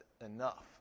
enough